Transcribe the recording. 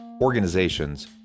organizations